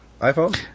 iPhone